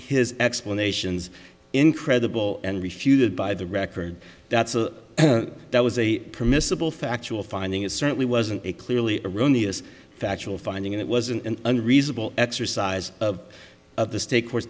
his explanations incredible and refuted by the record that was a permissible factual finding it certainly wasn't a clearly erroneous factual finding and it wasn't an unreasonable exercise of of the state cour